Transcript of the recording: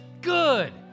good